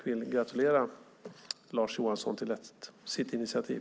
Jag gratulerar Lars Johansson till hans initiativ.